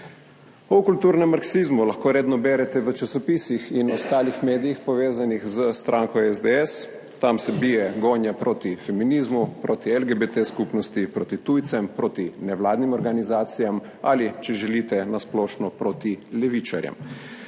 O kulturnem marksizmu lahko redno berete v časopisih in ostalih medijih, povezanih s stranko SDS; tam se bije gonja proti feminizmu, proti LGBT skupnosti, proti tujcem, proti nevladnim organizacijam ali, če želite, na splošno proti levičarjem.